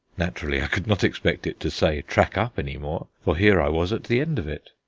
naturally i could not expect it to say track-up any more, for here i was at the end of it.